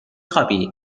خوابی